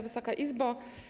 Wysoka Izbo!